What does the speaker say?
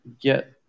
get –